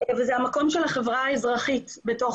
אבל באמת המקום של החברה האזרחית בתוך